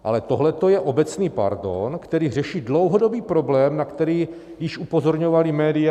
Ale tohleto je obecný pardon, který řeší dlouhodobý problém, na který již upozorňovala média.